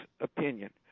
opinion